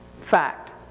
Fact